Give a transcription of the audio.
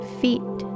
feet